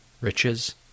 Riches